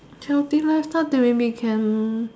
healthy lifestyle there will be can